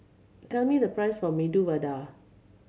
tell me the price of Medu Vada